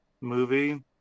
movie